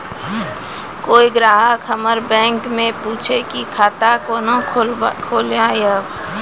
कोय ग्राहक हमर बैक मैं पुछे की खाता कोना खोलायब?